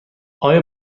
آیا